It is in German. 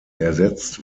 ersetzt